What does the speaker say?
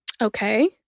Okay